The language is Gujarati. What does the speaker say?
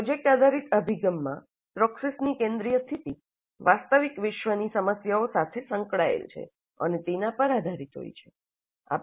પ્રોજેક્ટ આધારિત અભિગમમાં પ્રોક્સિસની કેન્દ્રિય સ્થિતિ વાસ્તવિક વિશ્વની સમસ્યાઓ સાથે સંકળાયેલ છે અને તેના પર આધારિત હોય છે